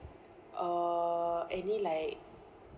uh any like